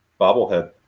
bobblehead